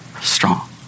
strong